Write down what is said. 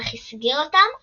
אך הסגיר אותם לוולדמורט.